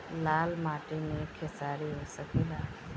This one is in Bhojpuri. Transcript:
लाल माटी मे खेसारी हो सकेला?